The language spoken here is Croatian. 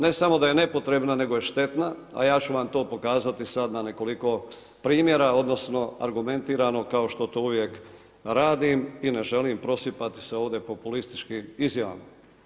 Ne samo da je nepotrebna nego je štetna, a ja ću vam to pokazati sada na nekoliko primjera odnosno argumentirano kao što to uvijek radim i ne želim prosipati se ovdje populističkim izjavama.